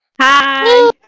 Hi